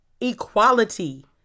equality